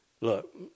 Look